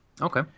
Okay